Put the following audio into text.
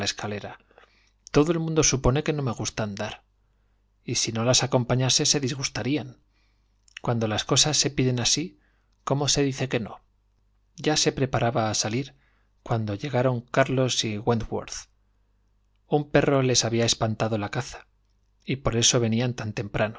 escalera todo el mundo supone que no me gusta andar y si no las acompañase se disgustarían cuando las cosas se piden así cómo se dice que no ya se preparaba a salir cuando llegaron carlos y wentworth un perro les había espantado la caza y por eso venían tan